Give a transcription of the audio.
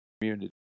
community